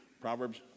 Proverbs